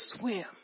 swim